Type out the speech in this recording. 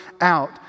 out